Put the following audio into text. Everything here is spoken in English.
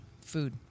Food